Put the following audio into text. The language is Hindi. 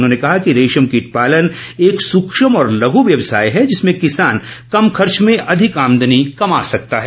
उन्होंने कहा कि रेशम कीट पालन एक सुक्ष्म और लघ् व्यवसाय है जिसमें किसान कम खर्च में अधिक आमदनी कमा सकता है